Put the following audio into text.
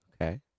Okay